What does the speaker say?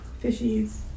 fishies